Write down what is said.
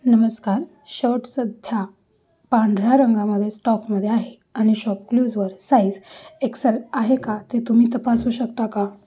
नमस्कार शर्ट सध्या पांढऱ्या रंगामध्ये स्टॉकमध्ये आहे आणि शॉपक्लूजवर साईज एक्सेल आहे का ते तुम्ही तपासू शकता का